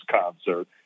concert